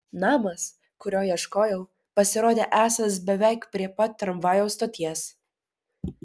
namas kurio ieškojau pasirodė esąs beveik prie pat tramvajaus stoties